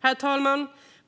Herr talman!